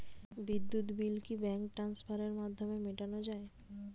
বিদ্যুৎ বিল কি ব্যাঙ্ক ট্রান্সফারের মাধ্যমে মেটানো য়ায়?